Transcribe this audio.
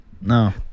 No